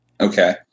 okay